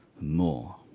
more